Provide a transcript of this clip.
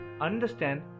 understand